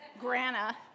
Grana